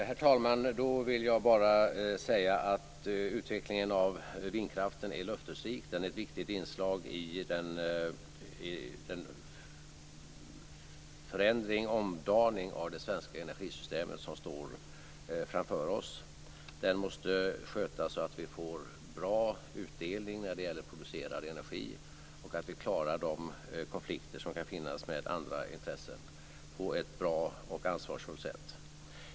Herr talman! Då vill jag bara säga att utvecklingen av vindkraften är löftesrik. Den är ett viktigt inslag i den förändring och omdaning av det svenska energisystemet som står framför oss. Den måste skötas så att vi får bra utdelning när det gäller producerad energi och så att vi klarar de konflikter som kan finnas med andra intressen på ett bra och ansvarsfullt sätt.